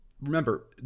remember